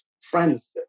friends